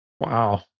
wow